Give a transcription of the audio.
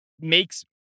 makes